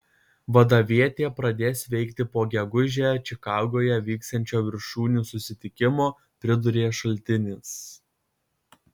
vadavietė pradės veikti po gegužę čikagoje vyksiančio viršūnių susitikimo pridūrė šaltinis